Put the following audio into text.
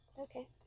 Okay